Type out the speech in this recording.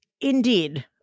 Indeed